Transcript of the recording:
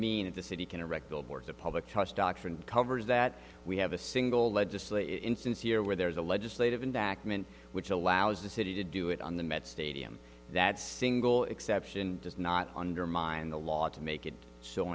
mean that the city can erect billboards the public trust doctrine covers that we have a single legislative instance here where there is a legislative and backman which allows the city to do it on the met stadium that single exception does not undermine the law to make it so